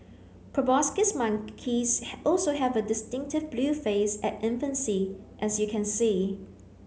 proboscis monkeys also have a distinctive blue face at infancy as you can see